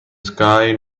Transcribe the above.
sky